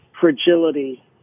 fragility